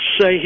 say